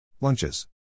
lunches